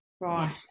Right